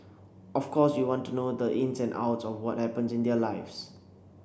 of course you want to know the ins and outs of what happens in their lives